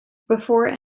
before